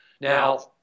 Now